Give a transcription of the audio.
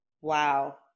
Wow